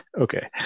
Okay